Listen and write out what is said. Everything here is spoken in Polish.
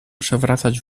przewracać